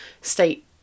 state